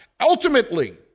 Ultimately